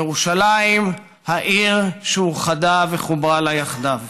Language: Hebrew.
ירושלים, העיר שאוחדה וחוברה לה יחדיו.